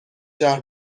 شهر